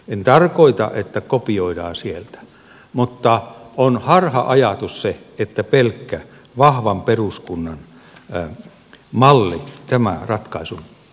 en tarkoita että kopioidaan sieltä mutta on harha ajatus se että pelkkä vahvan peruskunnan malli tämän ratkaisun toteuttaa